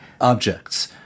objects